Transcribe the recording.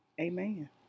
Amen